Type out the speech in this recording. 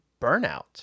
burnout